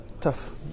tough